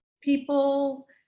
people